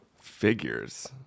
Figures